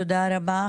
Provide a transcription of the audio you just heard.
תודה רבה.